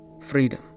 Freedom